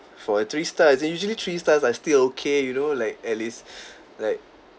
for a three star as in usually three stars like still okay you know like at least like